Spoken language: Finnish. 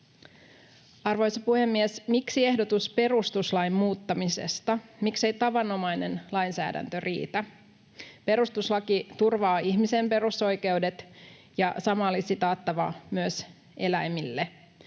Arvoisa puhemies! Miksi ehdotus perustuslain muuttamisesta, miksei tavanomainen lainsäädäntö riitä? Perustuslaki turvaa ihmisen perusoikeudet, ja sama olisi taattava myös eläimille.